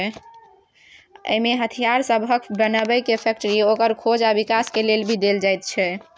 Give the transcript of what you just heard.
इमे हथियार सबहक बनेबे के फैक्टरी, ओकर खोज आ विकास के लेल भी देल जाइत छै